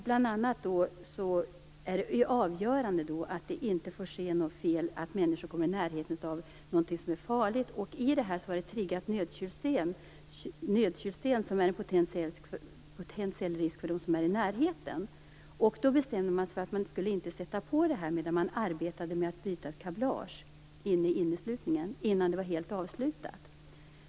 Bl.a. är det avgörande att det inte får inträffa sådant fel att människor kommer i närheten av någonting som är farligt. Här var det ett nödkylningssystem som innebar en potentiell risk för dem som är i närheten. Då bestämde man sig att inte sätta i gång det medan man arbetade med att byta ett kablage innan arbetet var helt avslutat.